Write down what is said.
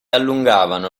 allungavano